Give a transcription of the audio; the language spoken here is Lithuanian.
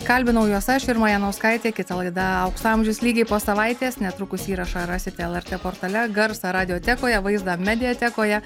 kalbinau juos aš irma janauskaitė kita laida aukso amžius lygiai po savaitės netrukus įrašą rasite lrt portale garsą radiotekoje vaizdą mediatekoje